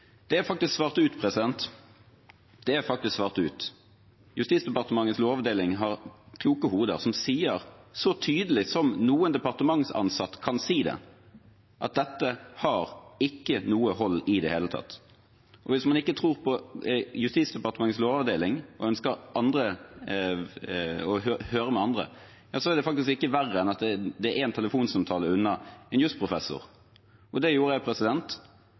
Det er faktisk besvart. Justisdepartementets lovavdeling har kloke hoder som sier – så tydelig som noen departementsansatt kan si det – at dette er det i det hele tatt ikke noe hold i. Hvis man ikke tror på Justisdepartementets lovavdeling og ønsker å høre med andre, er det faktisk ikke verre enn at man er én telefonsamtale unna en jussprofessor. Den samtalen tok jeg,